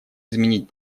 изменить